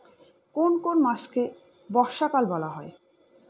কোন কোন মাসকে বর্ষাকাল বলা হয়?